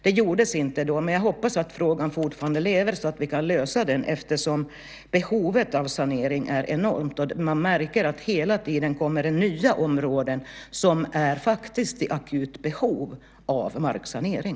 Det gjordes inte då men jag hoppas att frågan fortfarande lever så att vi kan lösa den eftersom behovet av sanering är enormt. Man märker att det hela tiden kommer nya områden som faktiskt är i akut behov av marksanering.